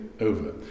over